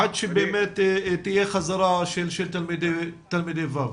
עד שבאמת תהיה חזרה של תלמידי כיתות ו'.